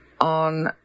on